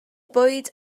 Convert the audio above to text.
bwyd